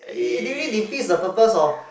it really defeats the purpose of